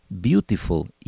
Beautiful